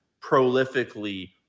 prolifically